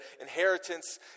inheritance